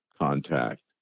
contact